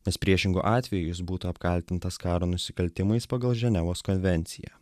nes priešingu atveju jis būtų apkaltintas karo nusikaltimais pagal ženevos konvenciją